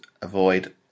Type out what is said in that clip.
avoid